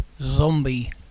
Zombie